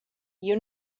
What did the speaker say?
you